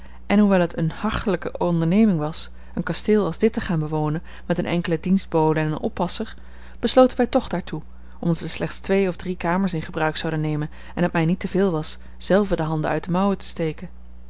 en hoewel het eene hachelijke onderneming was een kasteel als dit te gaan bewonen met eene enkele dienstbode en een oppasser besloten wij toch daartoe omdat wij slechts twee of drie kamers in gebruik zouden nemen en het mij niet te veel was zelve de handen uit de mouw te steken